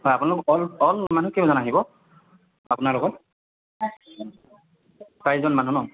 হয় আপোনালোক অল অল মানুহ কেইজন আহিব আপোনাৰ লগত চাৰিজন মানুহ ন